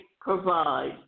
provide